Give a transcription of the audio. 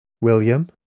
William